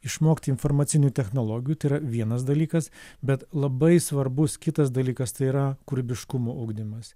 išmokti informacinių technologijų tai yra vienas dalykas bet labai svarbus kitas dalykas tai yra kūrybiškumo ugdymas